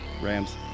Rams